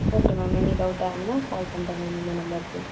okay ma'am any டவுட்டாக இருந்தால் call பண்ணுறேன் மேம் இந்த நம்பருக்கே